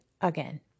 again